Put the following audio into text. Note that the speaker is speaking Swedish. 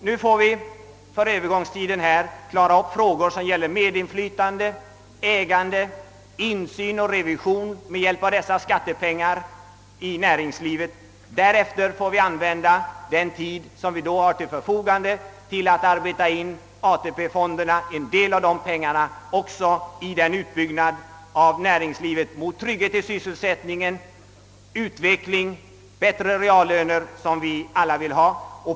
Nu får vi under övergångstiden klara upp frågor som gäller medinflytande, ägande, insyn och revision med hjälp av dessa skattepengar i näringsfonden. Därjämte får vi använda den tid vi då har till förfogande till att låta en del av pengarna i ATP-fonderna gå till den utbyggnad av näringslivet, för trygghet i sysselsättningen, utveckling och bättre reallöner, som vi alla önskar.